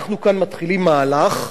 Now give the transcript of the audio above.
אנחנו כאן מתחילים מהלך.